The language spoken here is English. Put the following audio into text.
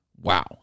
Wow